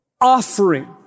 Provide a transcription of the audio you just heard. offering